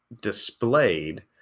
displayed